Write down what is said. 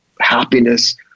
happiness